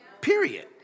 Period